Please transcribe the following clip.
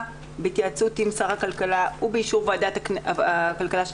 ועדת הכלכלה של